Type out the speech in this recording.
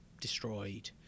destroyed